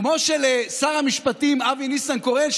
כמו ששר המשפטים אבי ניסנקורן,